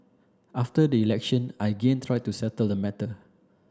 after the election I again tried to settle the matter